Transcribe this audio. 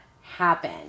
happen